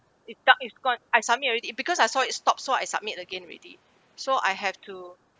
it's stuck it's gone I submit already because I saw it stop so I submit again already so I have to